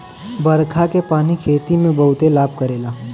बरखा के पानी खेती में बहुते लाभ करेला